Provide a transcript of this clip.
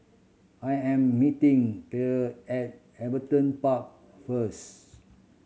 I am meeting Clair at Everton Park first